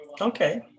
Okay